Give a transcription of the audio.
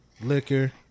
liquor